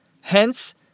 Hence